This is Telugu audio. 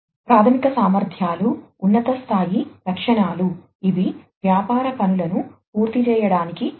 ప్రాథమిక సామర్థ్యాలు ఉన్నత స్థాయి లక్షణాలు ఇవి వ్యాపార పనులను పూర్తి చేయడానికి అవసరం